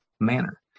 manner